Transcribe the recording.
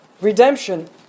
redemption